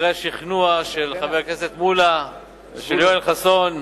אחרי השכנוע של חבר הכנסת מולה ושל יואל חסון,